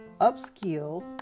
upskill